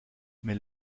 mais